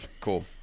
Cool